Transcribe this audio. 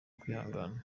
kwihangana